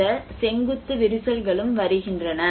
இந்த செங்குத்து விரிசல்களும் வருகின்றன